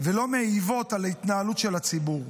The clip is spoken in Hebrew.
ולא מעיבים על ההתנהלות של הציבור.